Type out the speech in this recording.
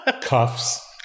cuffs